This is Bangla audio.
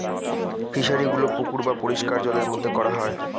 ফিশারিগুলো পুকুর বা পরিষ্কার জলের মধ্যে করা হয়